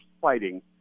fighting